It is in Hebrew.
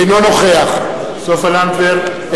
אינו נוכח סופה לנדבר,